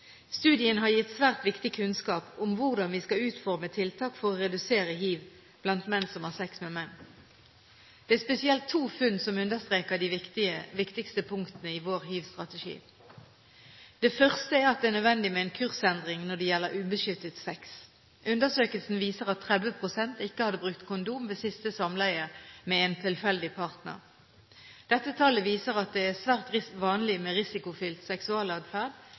Studien har gitt svært viktig kunnskap om hvordan vi skal utforme tiltak for å redusere hiv blant menn som har sex med menn. Det er spesielt to funn som understreker de viktigste punktene i vår hivstrategi. Det første er at det er nødvendig med en kursendring når det gjelder ubeskyttet sex. Undersøkelsen viser at 30 pst. ikke hadde brukt kondom ved siste samleie med en tilfeldig partner. Dette tallet viser at det er svært vanlig med risikofylt seksualatferd